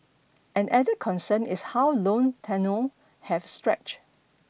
an added concern is how loan tenure have stretched